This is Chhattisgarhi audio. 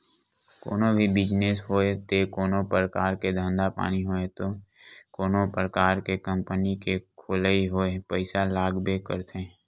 कोनो भी बिजनेस होय ते कोनो परकार के धंधा पानी होय ते कोनो परकार के कंपनी के खोलई होय पइसा लागबे करथे